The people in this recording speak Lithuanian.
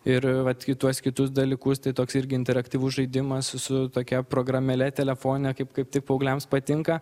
ir vat kituos kitus dalykus tai toks irgi interaktyvus žaidimas su su tokia programėle telefone kaip kaip tik paaugliams patinka